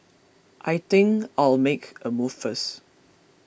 I think I'll make a move first